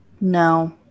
No